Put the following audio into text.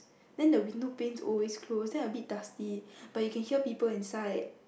then the window panes always close then a bit dusty but you can hear people inside